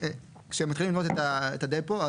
שמתחילים לבנות את הדפו,